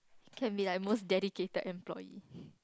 can be like most dedicated employee